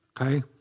okay